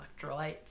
electrolytes